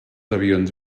avions